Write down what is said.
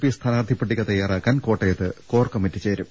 P സ്ഥാനാർഥി പട്ടിക ത്യാറാക്കാൻ കോട്ടയത്ത് കോർ കമ്മിറ്റി ചേരും